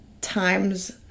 times